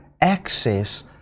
access